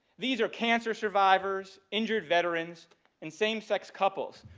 these are cancer survivors, injured veterans and same-sex couples,